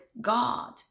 God